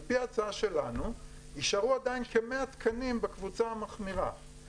על פי ההצעה שלנו יישארו עדיין כ-100 תקנים בקבוצה המחמירה,